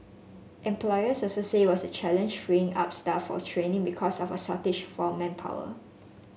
employers also say it was a challenge freeing up staff for training because of a shortage of manpower